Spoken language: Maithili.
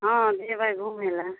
हाँ जेबै घुमै लए